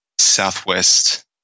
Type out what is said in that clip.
Southwest